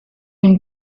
une